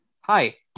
Hi